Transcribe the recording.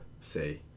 say